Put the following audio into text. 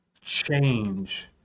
change